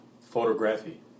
Photography